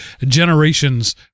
generations